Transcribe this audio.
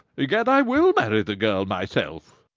egad, i will marry the girl myself!